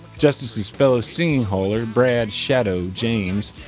justice's fellow singing hauler brad shadow james,